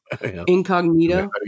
incognito